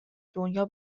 دنیا